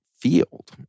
field